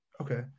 okay